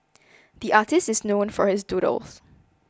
the artist is known for his doodles